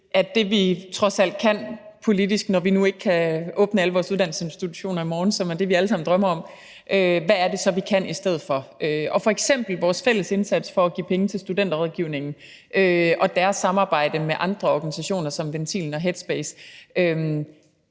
på det, vi trods alt kan politisk, når vi nu ikke kan åbne alle vores uddannelsesinstitutioner i morgen, som er det, vi alle sammen drømmer om. Hvad er det så, vi kan i stedet for? Der er f.eks. vores fælles indsats for at give penge til Studenterrådgivningen og deres samarbejde med andre organisationer som Ventilen og Headspace,